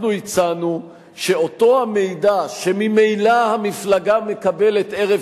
אנחנו הצענו שאותו מידע שממילא המפלגה מקבלת ערב